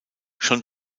schon